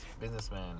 businessman